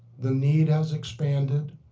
the need has expanded.